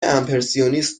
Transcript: امپرسیونیست